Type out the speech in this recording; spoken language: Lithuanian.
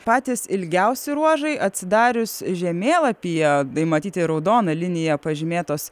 patys ilgiausi ruožai atsidarius žemėlapyje matyti raudona linija pažymėtos